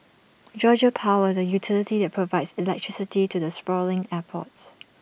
Georgia power the utility that provides electricity to the sprawling airport